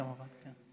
כמובן.